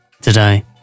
today